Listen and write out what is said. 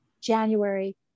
January